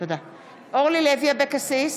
אורלי לוי אבקסיס,